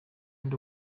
and